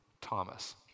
Thomas